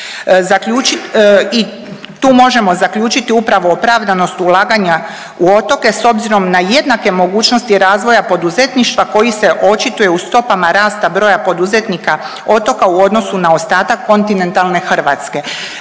tu možemo zaključiti upravo opravdanost ulaganja u otoke s obzirom na jednake mogućnosti razvoja poduzetništva koji se očituje u stopama rasta broja poduzetnika otoka u odnosu na ostatak kontinentalne Hrvatske